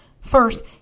First